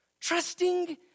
trusting